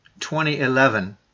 2011